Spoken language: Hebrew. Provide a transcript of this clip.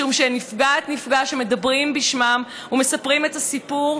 משום שנפגעת/נפגע שמדברים בשמם ומספרים את הסיפור,